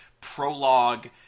prologue